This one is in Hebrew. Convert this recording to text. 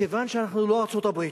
מכיוון שאנחנו לא ארצות-הברית,